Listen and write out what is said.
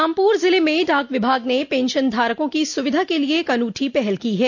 रामपुर ज़िले में डाक विभाग ने पेंशन धारकों की सुविधा के लिए एक अनूठी पहल की है